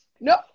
No